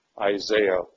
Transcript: Isaiah